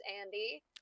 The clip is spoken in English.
Andy